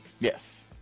Yes